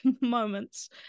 moments